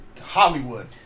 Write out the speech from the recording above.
Hollywood